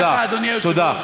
תודה לך, אדוני היושב-ראש.